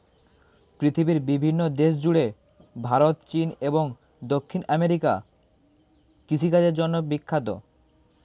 পৃথিবীর বিভিন্ন দেশ জুড়ে ভারত, চীন এবং দক্ষিণ আমেরিকা কৃষিকাজের জন্যে বিখ্যাত